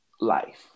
life